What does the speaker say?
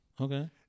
Okay